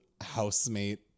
housemate